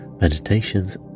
meditations